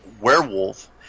werewolf